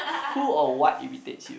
who or what irritates you